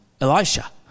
Elisha